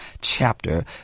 chapter